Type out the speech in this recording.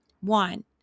One